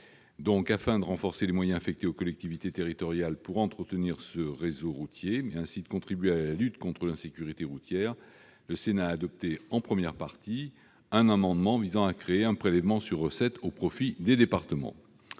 Afin de renforcer les moyens affectés aux collectivités territoriales pour entretenir leur réseau routier, et ainsi contribuer à la lutte contre l'insécurité routière, le Sénat a adopté, en première partie du projet de loi de finances, un amendement visant à créer un prélèvement sur recettes au profit des départements.